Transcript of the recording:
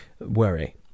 worry